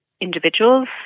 individuals